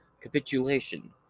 capitulation